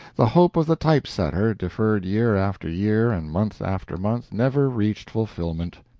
the hope of the type-setter, deferred year after year and month after month, never reached fulfilment.